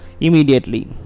immediately